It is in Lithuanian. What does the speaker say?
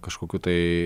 kažkokių tai